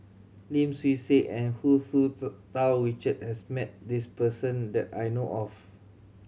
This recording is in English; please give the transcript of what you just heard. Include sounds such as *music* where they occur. Lim Swee Say and Hu Tsu *unintelligible* Tau Richard has met this person that I know of